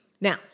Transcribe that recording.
Now